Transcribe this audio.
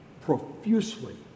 profusely